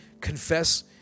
confess